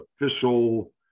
official